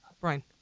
Brian